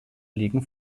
liegen